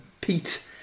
Pete